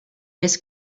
més